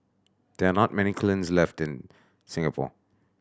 there are not many kilns left in Singapore